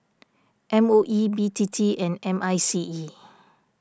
M O E B T T and M I C E